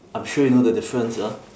I'm sure you know the difference ah